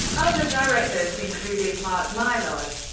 other directors included mark mylod,